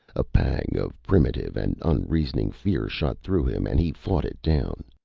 a pang of primitive and unreasoning fear shot through him, and he fought it down.